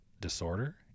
disorder